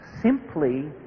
simply